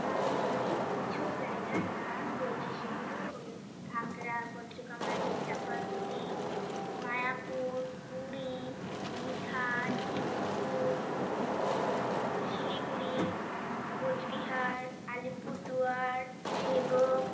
আমি কিছু জায়গার নাম বলছি সেগুলো হলো ঘাগড়া পঞ্চকামারী চাপাতলি মায়াপুর পুরী দীঘা জিতপুর শিলিগুড়ি কোচবিহার আলিপুরদুয়ার সেবক